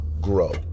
grow